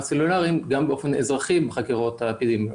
הסלולריים גם באופן אזרחי במסגרת החקירות האפידמיולוגיות.